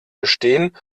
gestehen